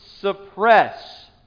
suppress